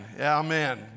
Amen